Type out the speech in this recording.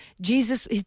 Jesus